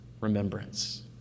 remembrance